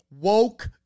woke